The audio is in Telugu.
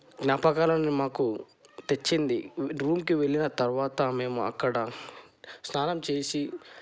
జ్ఞాపకాలను మాకు తెచ్చింది రూంకి వెళ్ళిన తర్వాత మేము అక్కడ స్నానం చేసి